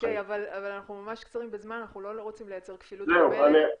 או.קיי אבל אנחנו ממש קצרים בזמן ולא רוצים לייצר כפילות --- סיימתי.